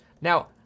Now